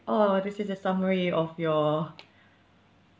oh this is a summary of your